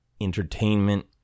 entertainment